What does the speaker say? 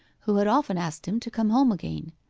who had often asked him to come home again.